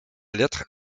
lettre